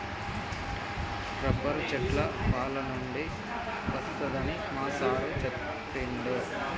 rubber చెట్ల పాలనుండి వస్తదని మా సారు చెప్పిండు